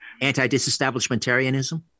Anti-disestablishmentarianism